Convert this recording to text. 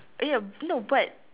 ya no but